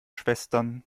schwestern